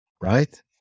right